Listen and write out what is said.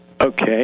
Okay